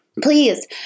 Please